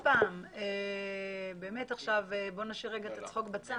בוא נשאיר את הצחוק בצד.